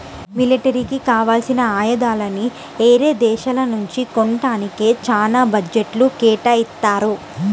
మిలిటరీకి కావాల్సిన ఆయుధాలని యేరే దేశాల నుంచి కొంటానికే చానా బడ్జెట్ను కేటాయిత్తారు